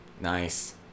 Nice